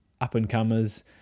up-and-comers